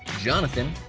jonathan,